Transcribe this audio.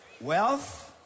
Wealth